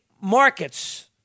markets